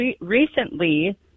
recently